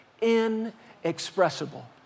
inexpressible